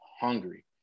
hungry